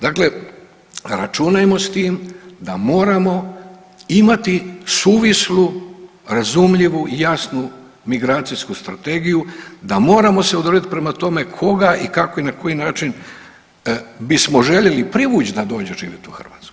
Dakle računajmo s tim da moramo imati suvislu, razumljivu i jasnu migracijsku strategiju, da moramo se odrediti prema tome koga i kako i na koji način bismo željeli privući da dođe živjeti u Hrvatsku.